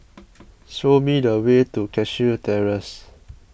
show me the way to Cashew Terrace